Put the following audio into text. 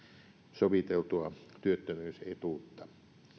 soviteltua työttömyysetuutta